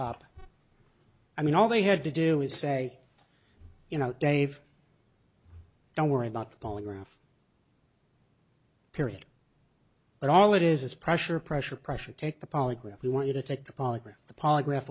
up i mean all they had to do is say you know dave don't worry about the polygraph period but all it is is pressure pressure pressure take the polygraph we want you to take the polygraph the polygraph